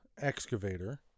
excavator